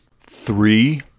Three